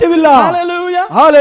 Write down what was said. hallelujah